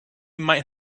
might